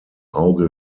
auge